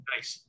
Nice